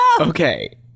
Okay